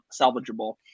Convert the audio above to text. salvageable